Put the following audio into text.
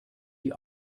die